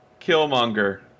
Killmonger